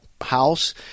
house